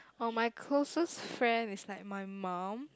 or my closest friend is like my mum